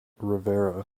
rivera